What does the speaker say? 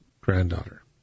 granddaughter